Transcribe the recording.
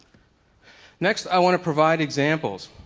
next i want to provide examples.